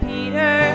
Peter